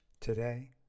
Today